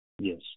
Yes